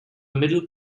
middle